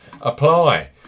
apply